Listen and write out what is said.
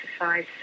exercise